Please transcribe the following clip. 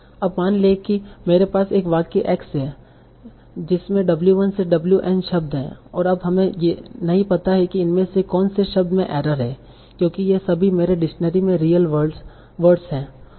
अब मान लें कि मेरे पास एक वाक्य X है जिसमें W 1 से W n शब्द हैं अब हमें नहीं पता कि इनमें से कौन से शब्द में एरर है क्योंकि ये सभी मेरे डिक्शनरी में रियल वर्ड्स हैं